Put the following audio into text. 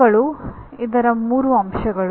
ಇವುಗಳು ಇದರ ಮೂರು ಅಂಶಗಳು